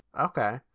Okay